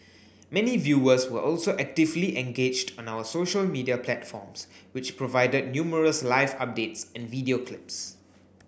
many viewers were also actively engaged on our social media platforms which provided numerous live updates and video clips